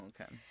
okay